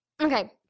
Okay